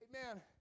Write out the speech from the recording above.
Amen